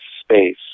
space